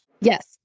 Yes